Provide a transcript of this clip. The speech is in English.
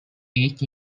each